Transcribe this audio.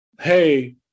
hey